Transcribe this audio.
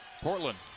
Portland